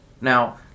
Now